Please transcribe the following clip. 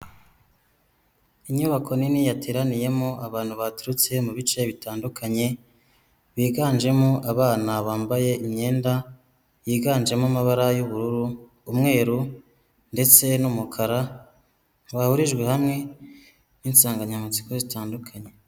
Inyubako nini yateraniyemo abantu baturutse mu bice bitandukanye, biganjemo abana bambaye imyenda yiganjemo amabara y'ubururu, umweru, ndetse n'umukara bahurijwe hamwe n'insanganyamatsiko zitandukanye.